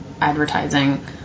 advertising